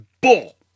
Bull